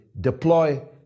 deploy